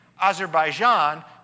Azerbaijan